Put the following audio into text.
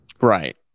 Right